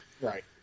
Right